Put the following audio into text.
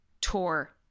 tour